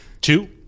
two